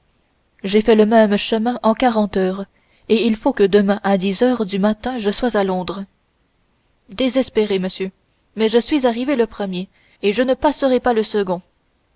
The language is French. j'ai fait le même chemin en quarante heures et il faut que demain à dix heures du matin je sois à londres désespéré monsieur mais je suis arrivé le premier et je ne passerai pas le second